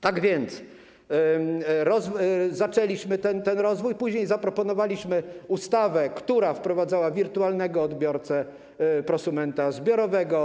Tak więc zaczęliśmy ten rozwój, później zaproponowaliśmy ustawę, która wprowadzała wirtualnego odbiorcę, prosumenta zbiorowego.